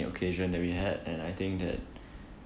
occasion that we had and I think that